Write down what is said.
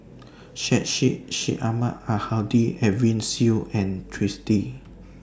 Syed Sheikh Syed Ahmad Al Hadi Edwin Siew and Twisstii